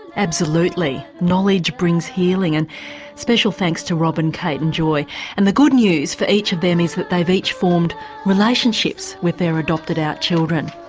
absolutely. knowledge brings healing and a special thanks to robyn, kate and joy and the good news for each of them is that they've each formed relationships with their adopted-out children.